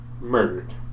murdered